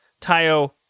Tayo